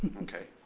okay.